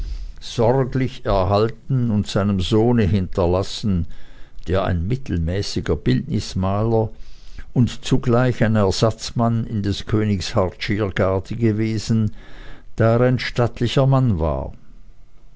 sorglich erhalten und seinem sohne hinterlassen der ein mittelmäßiger bildnismaler und zugleich ein ersatzmann in des königs hartschiergarde gewesen da er ein stattlicher mann war